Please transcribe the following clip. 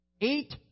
Eight